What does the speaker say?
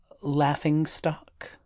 laughing-stock